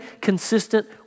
consistent